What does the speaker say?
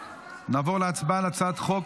נעבור להצבעה על הצעת חוק